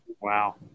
Wow